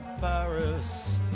Paris